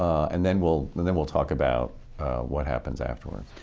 and then we'll and then we'll talk about what happens afterwards.